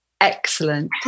excellent